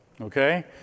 Okay